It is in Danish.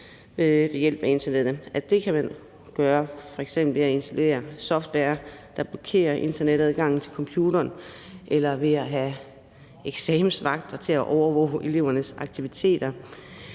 ved hjælp af internettet. Det kan man f.eks. gøre ved at installere software, der blokerer internetadgangen til computeren eller ved at have eksamensvagter til at overvåge elevernes aktiviteter.